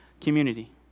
community